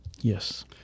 Yes